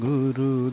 Guru